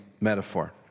metaphor